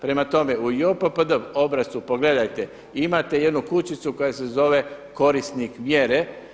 Prema tome, u JOPPD obrascu pogledajte imate jednu kućicu koja se zove korisnik mjera.